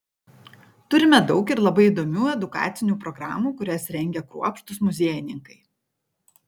turime daug ir labai įdomių edukacinių programų kurias rengia kruopštūs muziejininkai